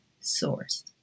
source